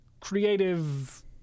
creative